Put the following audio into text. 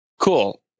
Cool